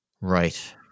right